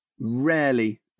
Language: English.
rarely